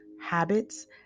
habits